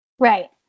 Right